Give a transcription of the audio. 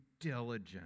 diligent